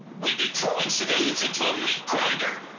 we'd be throwing civilians into a meat grinder!